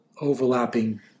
overlapping